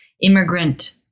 immigrant